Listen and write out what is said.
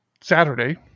Saturday